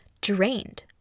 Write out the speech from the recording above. drained